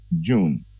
June